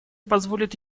позволит